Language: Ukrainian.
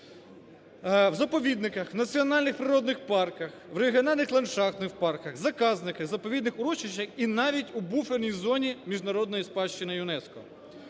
в заповідниках, в національних природних парках, в регіональних ландшафтних парках, заказники, заповідних урочищах і навіть у буферній зоні міжнародної спадщини ЮНЕСКО.